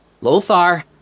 Lothar